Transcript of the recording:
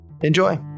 Enjoy